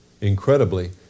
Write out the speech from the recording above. Incredibly